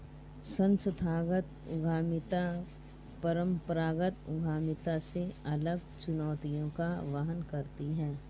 संस्थागत उद्यमिता परंपरागत उद्यमिता से अलग चुनौतियों का वहन करती है